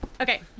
Okay